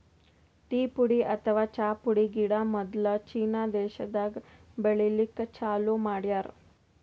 tea ಪುಡಿ ಅಥವಾ ಚಾ ಪುಡಿ ಗಿಡ ಮೊದ್ಲ ಚೀನಾ ದೇಶಾದಾಗ್ ಬೆಳಿಲಿಕ್ಕ್ ಚಾಲೂ ಮಾಡ್ಯಾರ್